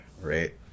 right